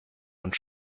und